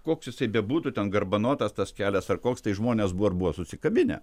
koks jisai bebūtų ten garbanotas tas kelias ar koks tai žmonės buvo ir buvo susikabinę